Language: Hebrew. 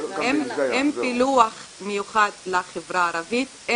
עם פילוח מיוחד לחברה הערבית,